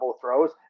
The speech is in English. throws